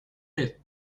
pit